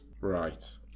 Right